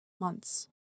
months